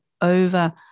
over